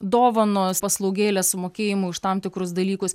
dovanos paslaugėlės sumokėjimai už tam tikrus dalykus